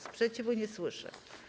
Sprzeciwu nie słyszę.